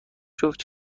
جفت